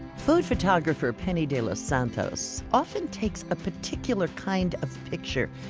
food photographer penny de los santos often takes a particular kind of picture.